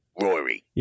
Rory